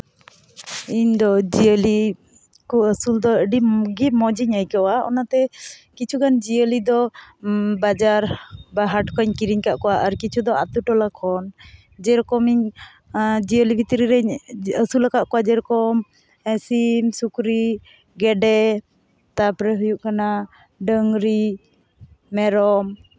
ᱤᱧ ᱫᱚ ᱡᱤᱭᱟᱹᱞᱤ ᱠᱚ ᱟᱹᱥᱩᱞ ᱫᱚ ᱟᱹᱰᱤᱜᱮ ᱢᱚᱡᱤᱧ ᱟᱹᱭᱠᱟᱣᱟ ᱚᱱᱟᱛᱮ ᱠᱤᱪᱷᱩᱜᱟᱱ ᱡᱤᱭᱟᱹᱞᱤ ᱫᱚ ᱵᱟᱡᱟᱨ ᱵᱟ ᱦᱟᱴ ᱠᱷᱚᱱᱤᱧ ᱠᱤᱨᱤᱧ ᱟᱠᱟᱫ ᱠᱚᱣᱟ ᱟᱨ ᱠᱤᱪᱷᱩ ᱫᱚ ᱟᱛᱳᱼᱴᱚᱞᱟ ᱠᱷᱚᱱ ᱡᱮᱨᱚᱠᱚᱢᱤᱧ ᱡᱤᱭᱟᱹᱞᱤ ᱵᱷᱤᱛᱨᱤ ᱨᱤᱧ ᱟᱹᱥᱩᱞᱟᱠᱟᱫ ᱠᱚᱣᱟ ᱡᱮᱨᱚᱠᱚᱢ ᱥᱤᱢ ᱥᱩᱠᱨᱤ ᱜᱮᱰᱮ ᱛᱟᱯᱚᱨ ᱦᱩᱭᱩᱜ ᱠᱟᱱᱟ ᱰᱟᱹᱝᱨᱤ ᱢᱮᱨᱚᱢ